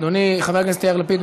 אדוני חבר הכנסת יאיר לפיד,